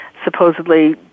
supposedly